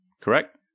correct